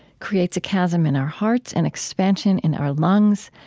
creates a chasm in our hearts and expansion in our lungs,